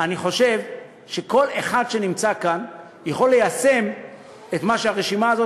אני חושב שכל אחד שנמצא כאן יכול ליישם את מה שהרשימה הזאת,